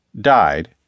died